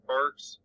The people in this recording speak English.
Parks